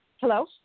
Hello